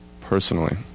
personally